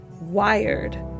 wired